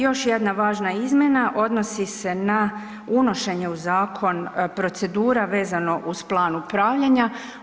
Još jedna važna izmjena odnosi se na unošenje u zakon procedura vezano uz plan upravljanja.